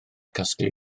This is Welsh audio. casglu